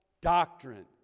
doctrine